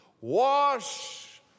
wash